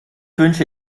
wünsche